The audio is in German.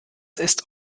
ist